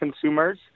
consumers